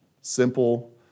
simple